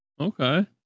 Okay